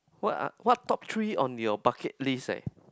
what are what top three on your bucket list eh